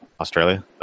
Australia